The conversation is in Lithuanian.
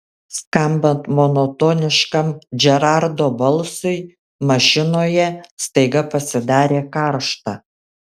skambant monotoniškam džerardo balsui mašinoje staiga pasidarė karšta